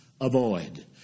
avoid